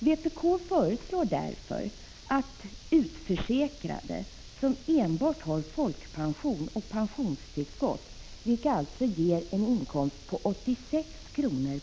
Vpk föreslår därför att utförsäkrade som enbart har folkpension och pensionstillskott, vilka alltså ger en inkomst på 86 kr.